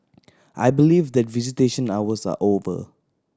I believe that visitation hours are over